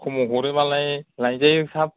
खमाव हरोबालाय लायजायो साब